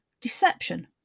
deception